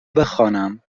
بخوانم